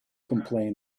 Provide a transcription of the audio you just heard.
complain